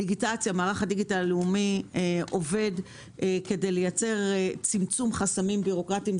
דיגיטציה מערך הדיגיטל הלאומי עובד כדי לייצר צמצום חסמים בירוקרטיים.